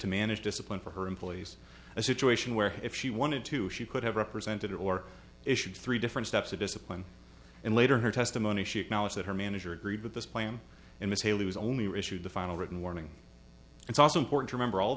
to manage discipline for her employees a situation where if she wanted to she could have represented or issued three different steps to discipline and later her testimony she acknowledged that her manager agreed with this plan and this haley was only refused the final written warning it's also important remember all